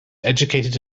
educated